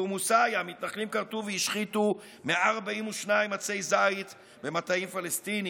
בתורמוס עיא מתנחלים כרתו והשחיתו 142 עצי זית במטעים פלסטיניים,